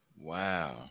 Wow